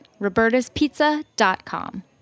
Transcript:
Roberta'spizza.com